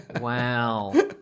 Wow